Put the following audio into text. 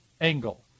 angle